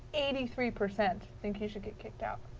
eighty three percent think you should get kicked out.